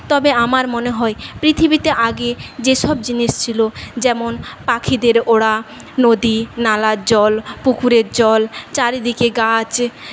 তবে আমার মনে হয় পৃথিবীতে আগে যেসব জিনিস ছিল যেমন পাখিদের ওড়া নদী নালার জল পুকুরের জল চারিদিকে গাছ